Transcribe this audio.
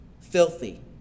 filthy